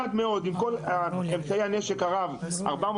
עם אמצעי הנשק הרב שיש ברשותם,